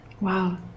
Wow